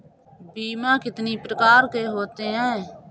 बीमा कितनी प्रकार के होते हैं?